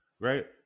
right